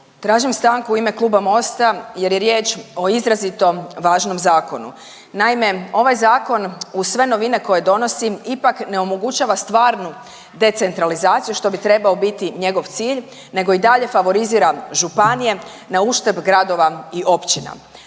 Tražim stanku u ime kluba Mosta jer je riječ o izrazito važnom zakonu. Naime ovaj zakon uz sve novine koje donosi ipak ne omogućava stvarnu decentralizaciju što bi trebao biti njegov cilj, nego i dalje favorizira županije na uštrb gradova i općina.